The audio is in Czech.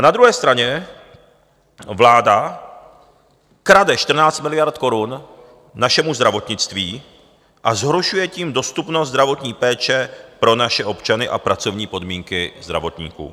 Na druhé straně vláda krade 14 miliard korun našemu zdravotnictví, a zhoršuje tím dostupnost zdravotní péče pro naše občany a pracovní podmínky zdravotníků.